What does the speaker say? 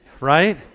right